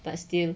but still